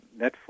Netflix